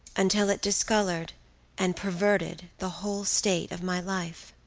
until it discolored and perverted the whole state of my life.